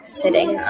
sitting